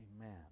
Amen